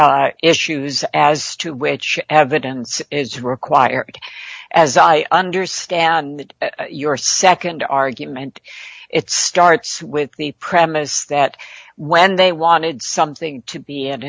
be issues as to which evidence is required as i understand your nd argument it starts with the premise that when they wanted something to be an